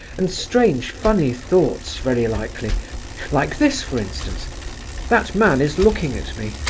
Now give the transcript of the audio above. and strange, funny thoughts, very likely like this, for instance that man is looking at me,